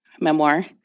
memoir